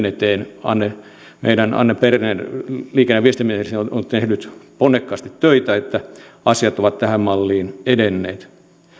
eteen meidän anne berner liikenne ja viestintäministeri on tehnyt ponnekkaasti töitä että asiat ovat tähän malliin edenneet